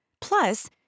Plus